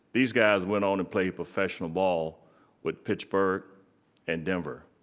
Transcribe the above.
these guys went on to play professional ball with pittsburgh and denver,